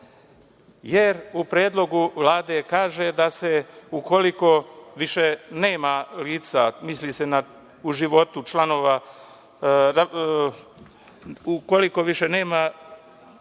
Jer, u predlogu Vlade se kaže da se ukoliko više nema lica, misli se u životu, članova, znači, ukoliko više nema